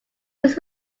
his